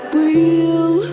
real